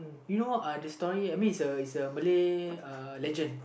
you know uh the story I mean it's a it's a Malayuhlegend